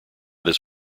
this